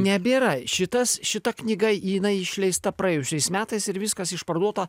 nebėra šitas šita knyga jinai išleista praėjusiais metais ir viskas išparduota